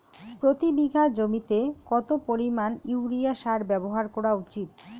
প্রতি বিঘা জমিতে কত পরিমাণ ইউরিয়া সার ব্যবহার করা উচিৎ?